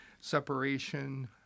separation